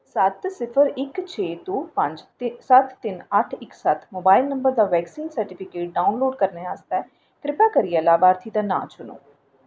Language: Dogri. सत्त सिफर इक छे दो पंज ते सत्त तिन्न अट्ठ इक सत्त मोबाइल नंबर दा वैक्सीन सर्टिफिकेट डाउनलोड करने आस्तै किरपा करियै लाभार्थी दा नांऽ चुनो